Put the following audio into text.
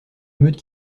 meute